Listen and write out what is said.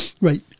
Right